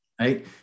right